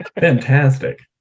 Fantastic